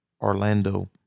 Orlando